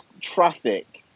traffic